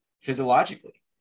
physiologically